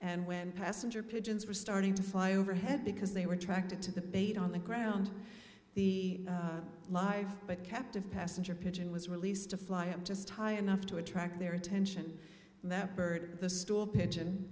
and when passenger pigeons were starting to fly overhead because they were tracked into the bait on the ground the live but captive passenger pigeon was released to fly up just high enough to attract their attention and that bird the stool pigeon